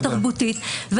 התרבותית,